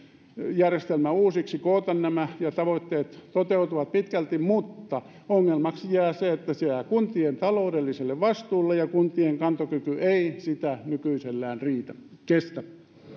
järjestelmä uusiksi koota nämä tavoitteet toteutuvat pitkälti mutta ongelmaksi jää se että tämä jää kuntien taloudelliselle vastuulle ja kuntien kantokyky ei sitä nykyisellään kestä